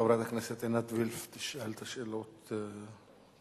חברת הכנסת עינת וילף תשאל את השאלות שלה,